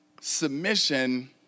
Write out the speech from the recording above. submission